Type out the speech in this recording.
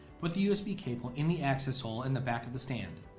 put the usb cable in the access hole in the back of the stand,